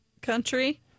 country